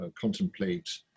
contemplate